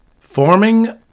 Forming